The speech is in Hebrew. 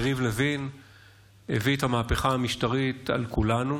יריב לוין הביא את המהפכה המשטרית על כולנו,